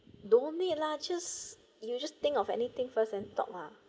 don't need lah just you will just think of anything first and talk lah